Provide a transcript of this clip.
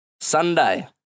Sunday